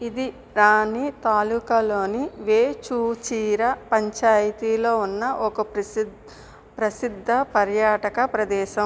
ఇది రాణి తాలూకాలోని వేచూచిరా పంచాయతీలో ఉన్న ఒక ప్రసి ప్రసిద్ధ పర్యాటక ప్రదేశం